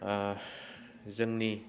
जोंनि